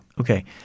okay